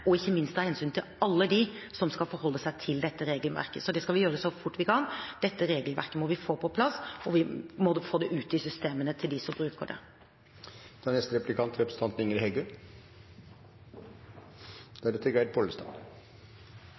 og ikke minst av hensyn til alle dem som skal forholde seg til dette regelverket. Så dette skal vi gjøre så fort vi kan. Dette regelverket må vi få på plass, og vi må få det ut i systemene til dem som bruker